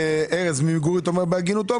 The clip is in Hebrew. ארז ממיגוריט אומר בהגינותו,